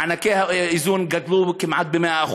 מענקי האיזון גדלו כמעט ב-100%.